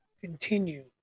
continue